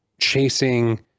chasing